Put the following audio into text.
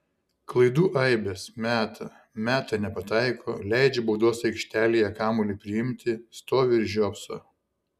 klaidų aibės meta meta nepataiko leidžia baudos aikštelėje kamuolį priimti stovi ir žiopso